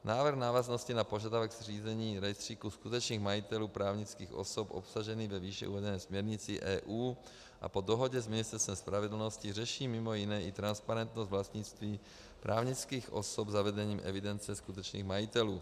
Návrh v návaznosti na požadavek zřízení rejstříku skutečných majitelů právnických osob obsažený ve výše uvedené směrnici EU a po dohodě s Ministerstvem spravedlnosti řeší mimo jiné i transparentnost vlastnictví právnických osob zavedením evidence skutečných majitelů.